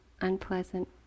unpleasant